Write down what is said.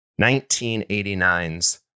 1989's